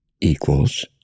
equals